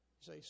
say